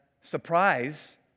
Surprise